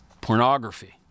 pornography